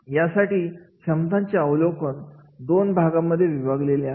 यासाठी क्षमतांचे अवलोकन दोन भागांमध्ये विभागले आहे